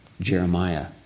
Jeremiah